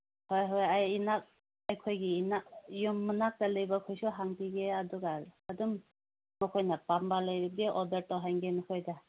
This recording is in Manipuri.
ꯍꯣꯏ ꯍꯣꯏ ꯑꯩ ꯏꯅꯥꯛ ꯑꯩꯈꯣꯏꯒꯤ ꯏꯅꯥꯛ ꯌꯨꯝ ꯃꯅꯥꯛꯇ ꯂꯩꯕ ꯑꯩꯈꯣꯏꯁꯨ ꯍꯪꯕꯤꯒꯦ ꯑꯗꯨꯒ ꯑꯗꯨꯝ ꯃꯈꯣꯏꯅ ꯄꯥꯝꯕ ꯂꯩꯔꯗꯤ ꯑꯣꯗꯔ ꯇꯧꯍꯟꯒꯦ ꯅꯈꯣꯏꯗ